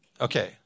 Okay